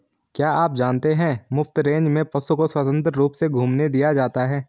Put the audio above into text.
क्या आप जानते है मुफ्त रेंज में पशु को स्वतंत्र रूप से घूमने दिया जाता है?